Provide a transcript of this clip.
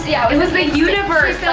yeah, it was the universe.